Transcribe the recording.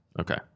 Okay